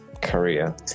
career